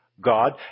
God